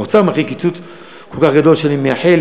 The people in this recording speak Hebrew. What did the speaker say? האוצר מכין קיצוץ כל כך גדול שאני מייחל